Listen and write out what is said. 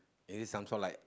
is it some sort like